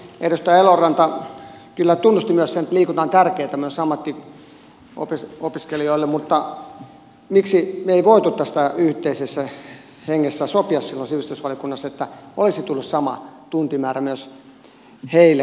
edustaja eloranta kyllä tunnusti sen että liikunta on tärkeätä myös ammattiopiskelijoille mutta miksi me emme voineet yhteisessä hengessä sopia silloin sivistysvaliokunnassa että olisi tullut sama tuntimäärä myös heille kuin lukiossa on